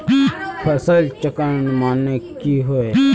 फसल चक्रण माने की होय?